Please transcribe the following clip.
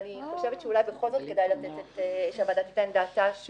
שאני חושבת שבכל זאת כדאי שהוועדה תיתן את דעתה שוב,